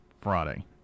Friday